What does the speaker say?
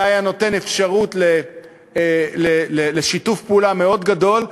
זה היה נותן אפשרות לשיתוף פעולה מאוד גדול,